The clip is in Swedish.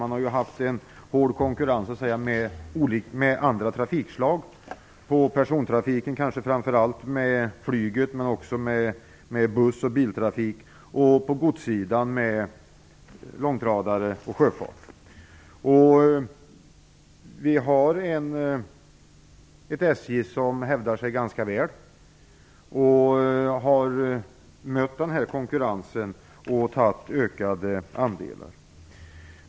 Det har varit en hård konkurrens mellan järnvägen och andra trafikslag. Beträffande persontrafiken har det kanske framför allt mest gällt flygtrafik men också buss och biltrafik. På godssidan gäller det transporter med långtradare och genom sjöfart. SJ hävdar sig ganska väl. Man har mött konkurrensen och tagit ökade andelar.